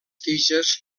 tiges